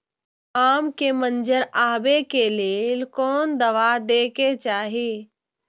आम के मंजर आबे के लेल कोन दवा दे के चाही?